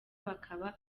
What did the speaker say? bakaba